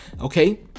Okay